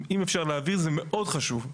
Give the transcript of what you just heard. אם אפשר להעביר, זה מאוד חשוב.